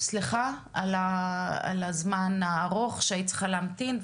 סליחה על הזמן הארוך שהיית צריכה להמתין,